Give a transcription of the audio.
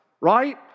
right